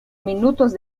minutos